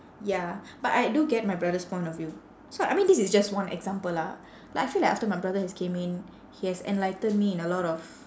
ya but I do get my brother's point of view so I mean this is just one example lah like I feel like after my brother has came in he has enlightened me in a lot of